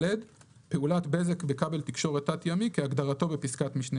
פעולת בזק בכבל תקשורת תת ימי כהגדרתו בפסקת משנה